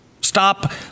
Stop